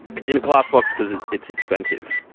it's in a glass box because it's expensive.